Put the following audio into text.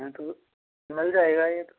मिल जाएगा यह तो